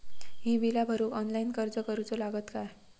ही बीला भरूक ऑनलाइन अर्ज करूचो लागत काय?